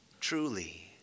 Truly